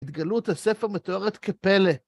התגלות הספר מתוארת כפלא.